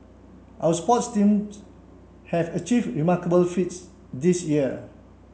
our sports teams have achieve remarkable feats this year